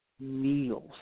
meals